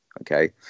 Okay